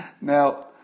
Now